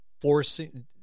forcing